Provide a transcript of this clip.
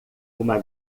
uma